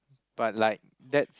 but like that's